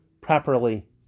properly